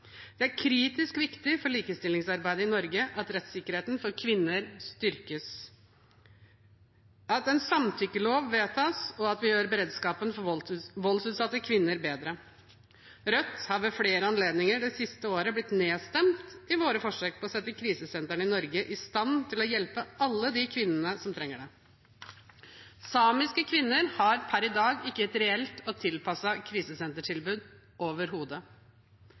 Det er kritisk viktig for likestillingsarbeidet i Norge at rettssikkerheten for kvinner styrkes, at en samtykkelov vedtas, og at vi gjør beredskapen for voldsutsatte kvinner bedre. Vi i Rødt har ved flere anledninger det siste året blitt nedstemt i våre forsøk på sette krisesentrene i Norge i stand til å hjelpe alle de kvinnene som trenger det. Samiske kvinner har per i dag ikke et reelt og tilpasset krisesentertilbud overhodet.